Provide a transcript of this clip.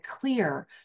clear